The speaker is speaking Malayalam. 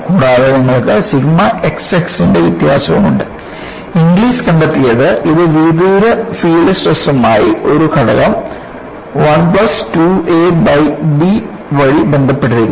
കൂടാതെ നിങ്ങൾക്ക് സിഗ്മ x x ന്റെ വ്യത്യാസമുണ്ട് ഇംഗ്ലിസ് കണ്ടെത്തിയത് ഇത് വിദൂര ഫീൽഡ് സ്ട്രെസുമായി ഒരു ഘടകം 1 പ്ലസ് 2 a ബൈ b വഴി ബന്ധപ്പെട്ടിരിക്കുന്നു